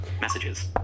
Messages